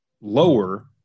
lower